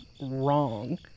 Wrong